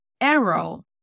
arrow